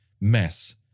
mess